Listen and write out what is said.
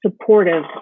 supportive